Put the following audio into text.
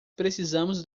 precisamos